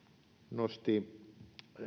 nosti